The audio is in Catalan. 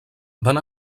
van